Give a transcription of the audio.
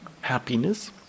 happiness